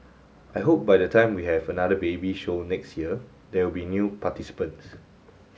I hope by the time we have another baby show next year there'll be new participants